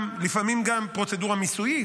לפעמים גם פרוצדורה מיסויית,